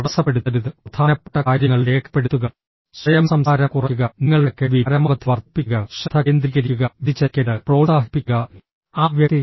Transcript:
തടസ്സപ്പെടുത്തരുത് പ്രധാനപ്പെട്ട കാര്യങ്ങൾ രേഖപ്പെടുത്തുക സ്വയം സംസാരം കുറയ്ക്കുക നിങ്ങളുടെ കേൾവി പരമാവധി വർദ്ധിപ്പിക്കുക ശ്രദ്ധ കേന്ദ്രീകരിക്കുക വ്യതിചലിക്കരുത് പ്രോത്സാഹിപ്പിക്കുക ആ വ്യക്തി